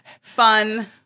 fun